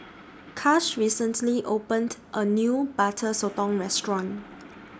Kash recently opened A New Butter Sotong Restaurant